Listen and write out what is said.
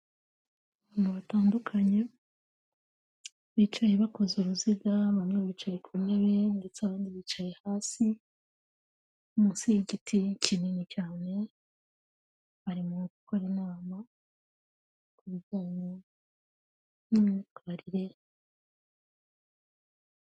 Abantu batandukanye bicaye bakoze uruziga, bamwe bicaye ku ntebe ndetse abandi bicaye hasi munsi y'igiti kinini cyane, barimo gukora inama ku bijyanye n'imyitwarire.